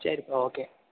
சரிபா okay